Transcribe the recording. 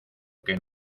que